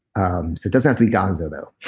um so it doesn't have to be gonzo though.